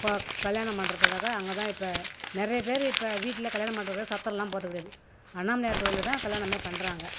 ஒ கல்யாணம் பண்ணுறதுக்காக அங்கே தான் இப்போ நிறைய பேர் இப்போ வீட்டில் கல்யாணம் பண்ணுறதுக்கு சத்திரம்லாம் போகறது கிடையாது அண்ணாமலையார் கோயிலில் தான் கல்யாணமே பண்ணுறாங்க